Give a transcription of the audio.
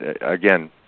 again